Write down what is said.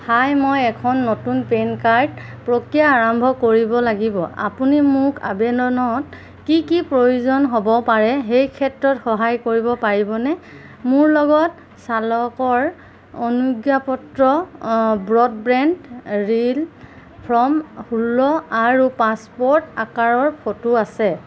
হাই মই এখন নতুন পেন কাৰ্ড প্ৰক্ৰিয়া আৰম্ভ কৰিব লাগিব আপুনি মোক আবেদনত কি কি প্ৰয়োজন হ'ব পাৰে সেই ক্ষেত্ৰত সহায় কৰিব পাৰিবনে মোৰ লগত চালকৰ অনুজ্ঞাপত্ৰ ব্ৰডবেণ্ড বিল ফৰ্ম ষোল্ল আৰু পাছপোৰ্ট আকাৰৰ ফটো আছে